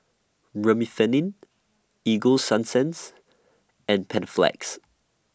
Remifemin Ego Sunsense and Panaflex